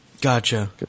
gotcha